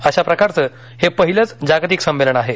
अशा प्रकारचं हे पहिलंच जागतिक संमेलन आहे